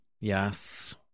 Yes